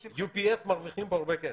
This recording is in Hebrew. UPS מרוויחים כאן הרבה כסף.